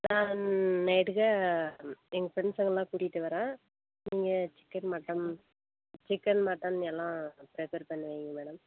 நான் நைட்டுக்கு எங்கள் ஃப்ரெண்ட்ஸுங்கள்லாம் கூட்டிட்டு வர்றேன் நீங்கள் சிக்கன் மட்டன் சிக்கன் மட்டன் எல்லாம் ப்ரிப்பர் பண்ணி வையுங்க மேடம்